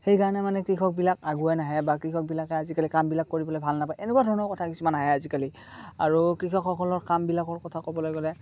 সেইকাৰণে মানে কৃষকবিলাক আগুৱাই নাহে বা কৃষকবিলাকে আজিকালি কামবিলাক কৰিবলে ভাল নাপায় এনেকুৱা ধৰণৰ কথা কিছুমান আহে আজিকালি আৰু কৃষকসকলৰ কামবিলাকৰ কথা ক'বলৈ গ'লে